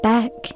Back